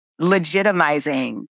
legitimizing